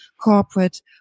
corporate